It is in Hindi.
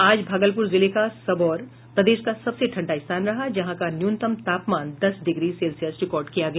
आज भागलपुर जिले का सबौर प्रदेश का सबसे ठंडा स्थान रहा जहाँ का न्यूनतम तापमान दस डिग्री सेल्सियस रिकॉर्ड किया गया